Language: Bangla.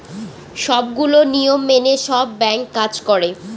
সবগুলো নিয়ম মেনে সব ব্যাঙ্ক কাজ করে